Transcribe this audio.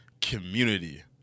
community